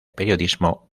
periodismo